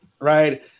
right